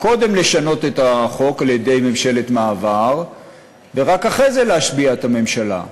קודם לשנות את החוק על-ידי ממשלת מעבר ורק אחרי זה להשביע את הממשלה.